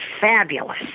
fabulous